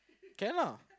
can lah